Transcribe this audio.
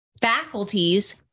faculties